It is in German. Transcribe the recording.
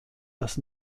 das